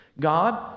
God